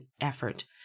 effort